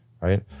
Right